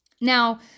Now